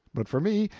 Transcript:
but for me,